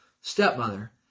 stepmother